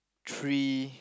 three